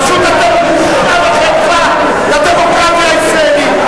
פשוט אתם בושה וחרפה לדמוקרטיה הישראלית.